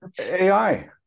AI